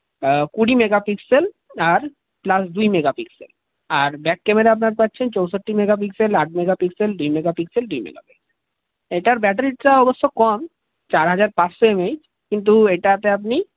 কুড়ি megapixel আর plus দুই মেগা পিক্সেল আর ব্যাক ক্যামেরা আপনার পাচ্ছেন চৌষট্টি মেগা পিক্সেল আট মেগা পিক্সেল দুই মেগা পিক্সেল দুই মেগা পিক্সেল এটার ব্যাটারিটা অবশ্য কম চার হাজার পাঁচশো এমএএইচ কিন্তু এটাতে আপনি